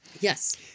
Yes